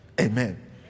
Amen